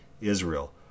Israel